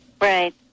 right